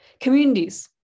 communities